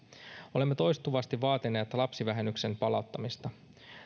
olemme toistuvasti vaatineet lapsivähennyksen palauttamista